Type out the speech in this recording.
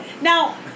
Now